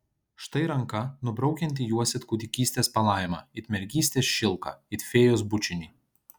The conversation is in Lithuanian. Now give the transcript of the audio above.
štai ranka nubraukianti juos it kūdikystės palaimą it mergystės šilką it fėjos bučinį